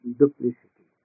duplicity